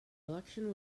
election